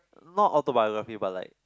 not autobiography but like